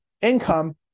income